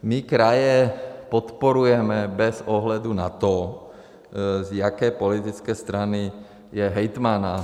My kraje podporujeme bez ohledu na to, z jaké politické strany je hejtman.